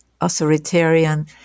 authoritarian